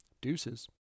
Deuces